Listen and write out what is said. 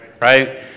Right